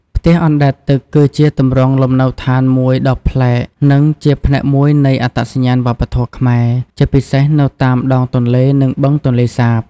ផ្ទះអណ្ដែតទឹក គឺជាទម្រង់លំនៅឋានមួយដ៏ប្លែក និងជាផ្នែកមួយនៃអត្តសញ្ញាណវប្បធម៌ខ្មែរ ជាពិសេសនៅតាមដងទន្លេ និងបឹងទន្លេសាប។